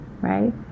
right